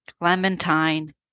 Clementine